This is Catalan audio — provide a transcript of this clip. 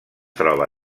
troba